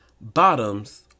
Bottoms